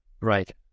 right